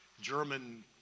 German